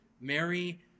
Mary